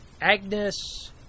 Agnes